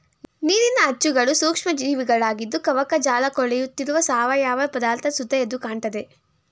ನೀರಿನ ಅಚ್ಚುಗಳು ಸೂಕ್ಷ್ಮ ಜೀವಿಗಳಾಗಿವೆ ಕವಕಜಾಲಕೊಳೆಯುತ್ತಿರುವ ಸಾವಯವ ಪದಾರ್ಥ ಸುತ್ತ ಎದ್ದುಕಾಣ್ತದೆ